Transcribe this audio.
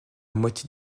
moitié